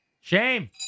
Shame